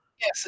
yes